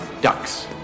ducks